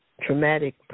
traumatic